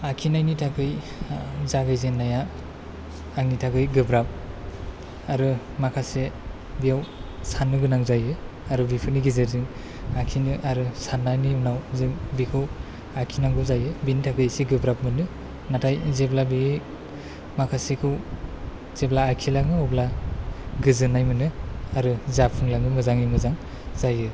आखिनायनि थाखाय जागायजेननाया आंनि थाखाय गोब्राब आरो माखासे बेयाव साननो गोनां जायो आरो बेफोरनि गेजेरजों आखिनो आरो साननायनि उनाव जों बेखौ आखिनांगौ जायो बेनि थाखाय एसे गोब्राब मोनो नाथाय जेब्ला बे माखासेखौ जेब्ला आखिलाङो अब्ला गोजोननाय मोनो आरो जाफुंलाङो मोजाङै मोजां जायो